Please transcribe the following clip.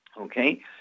okay